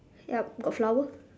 yup got flower